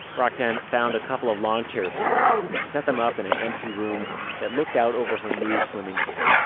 roxane found a couple of lawn chairs for us and she set them up in an empty room that looked out over her new swimming pool.